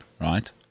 right